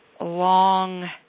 long